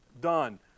done